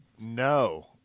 no